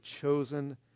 chosen